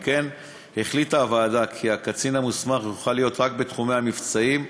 על כן החליטה הוועדה כי הקצין המוסמך יוכל להיות רק בתחומי המבצעים,